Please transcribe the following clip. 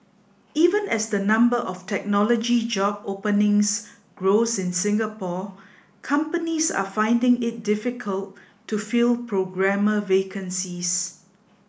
even as the number of technology job openings grows in Singapore companies are finding it difficult to fill programmer vacancies